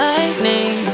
Lightning